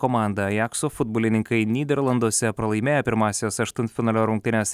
komanda ajakso futbolininkai nyderlanduose pralaimėjo pirmąsias aštuntfinalio rungtynes